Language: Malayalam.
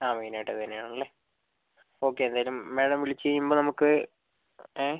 ആ മെയിൻ ആയിട്ട് അത് തന്നെ ആണ് അല്ലേ ഓക്കെ എന്തായാലും മേഡം വിളിച്ച് കഴിയുമ്പം നമുക്ക് ഏ